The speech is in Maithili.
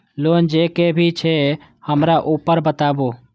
लोन जे भी छे हमरा ऊपर बताबू?